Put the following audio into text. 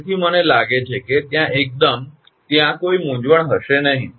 તેથી મને લાગે છે કે ત્યાં એકદમ ત્યાં કોઈ મૂંઝવણ હશે નહીં